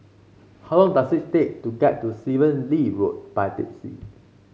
how long does it take to get to Stephen Lee Road by taxi